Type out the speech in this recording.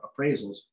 appraisals